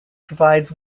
provides